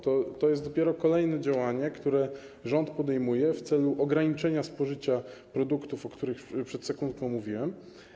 To jest dopiero kolejne działanie, które rząd podejmuje w celu ograniczenia spożycia produktów, o których przed sekundką mówiłem.